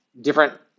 different